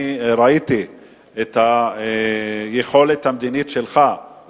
אני ראיתי את היכולת המדינית שלך,